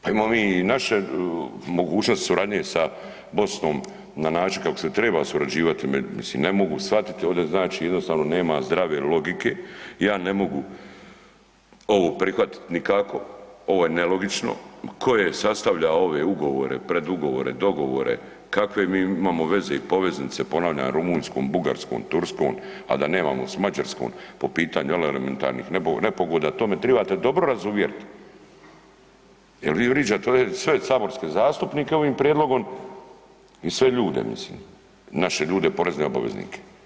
Pa imamo mi i naše mogućnosti suradnje sa BiH-om na način kako se treba surađivati, mislim, ne mogu shvatiti ovdje, znači jednostavno zdrave logike, ja ne mogu ovo prihvatiti nikako, ovo je nelogično, ko je sastavljao ove ugovore, predugovore, dogovore, kakve mi imamo veze i poveznice ponavljam, Rumunjskom, Bugarskom, Turskom a da nemamo sa Mađarskom po pitanju elementarnih nepogoda, to me trebate dobro razuvjerit jer vi vrijeđate ovdje sve saborske zastupnike ovim prijedlogom i sve ljude, mislim, naše ljude, porezne obveznike.